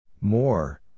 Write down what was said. More